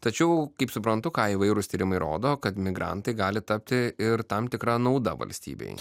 tačiau kaip suprantu ką įvairūs tyrimai rodo kad migrantai gali tapti ir tam tikra nauda valstybei